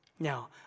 Now